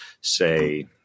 say